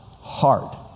hard